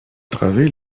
travée